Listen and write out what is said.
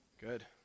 Good